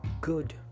Good